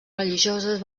religioses